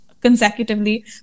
consecutively